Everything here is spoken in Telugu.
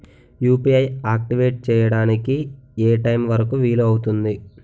యు.పి.ఐ ఆక్టివేట్ చెయ్యడానికి ఏ టైమ్ వరుకు వీలు అవుతుంది?